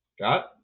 got